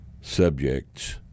subjects